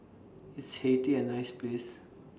IS Haiti A nice Place